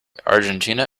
argentina